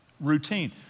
routine